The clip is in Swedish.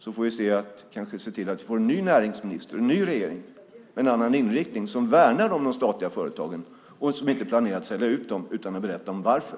Då kanske vi kan se till att vi får en ny näringsminister och en ny regering med en annan inriktning, en som värnar om de statliga företagen och inte planerar att sälja ut dem utan att berätta varför.